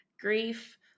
grief